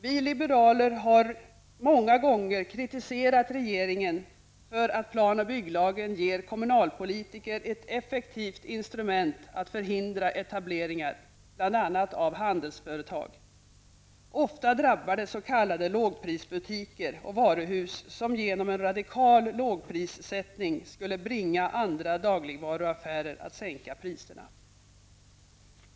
Vi liberaler har många gånger kritiserat regeringen för att plan och bygglagen ger kommunalpolitiker ett effektivt instrument att förhindra etableringar, bl.a. av handelsföretag. Ofta drabbar det s.k. lågprisbutiker och varuhus som genom en radikal lågprissättning skulle bringa andra dagligvaruaffärer att sänka priserna.